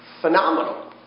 Phenomenal